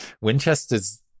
Winchester's